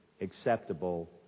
acceptable